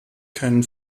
keinen